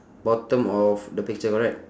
bottom of the picture correct